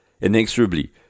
inexorably